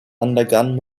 undergone